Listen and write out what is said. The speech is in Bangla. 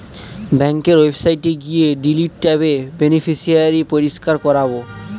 ব্যাঙ্কের ওয়েবসাইটে গিয়ে ডিলিট ট্যাবে বেনিফিশিয়ারি পরিষ্কার করাবো